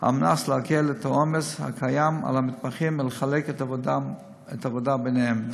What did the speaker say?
על מנת להקל את העומס הקיים על המתמחים ולחלק את העבודה ביניהם,